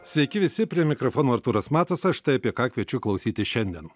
sveiki visi prie mikrofono artūras matusas štai apie ką kviečiu klausytis šiandien